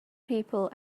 people